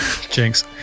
jinx